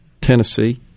Tennessee